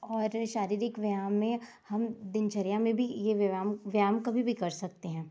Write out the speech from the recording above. और शारीरिक व्यायाम में हम दिनचर्या में भी ये व्यायाम कभी भी कर सकते हैं